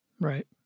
Right